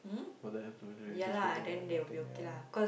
for that have to you just that kind of thing ya